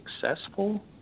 successful